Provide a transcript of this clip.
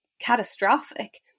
catastrophic